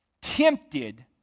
Tempted